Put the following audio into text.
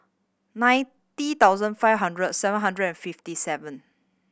ninety thousand five hundred seven hundred and fifty seven